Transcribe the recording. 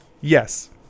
Yes